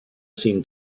seem